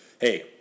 hey